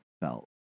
felt